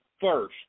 first